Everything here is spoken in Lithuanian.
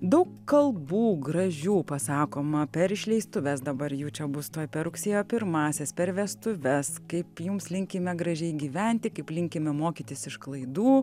daug kalbų gražių pasakoma per išleistuves dabar jų čia bus tuoj per rugsėjo pirmąsias per vestuves kaip jums linkime gražiai gyventi kaip linkime mokytis iš klaidų